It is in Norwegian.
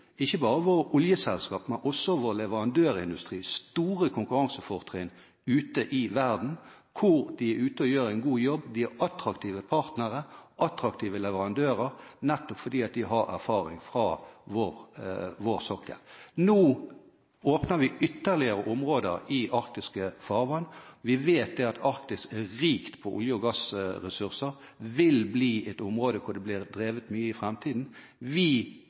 ikke bare våre oljeselskaper, men også vår leverandørindustri, store konkurransefortrinn ute i verden, hvor de gjør en god jobb. De er attraktive partnere og attraktive leverandører, nettopp fordi de har erfaring fra vår sokkel. Nå åpner vi ytterligere områder i arktiske farvann. Vi vet at Arktis er rikt på olje- og gassressurser og vil bli et område hvor det blir mye drift i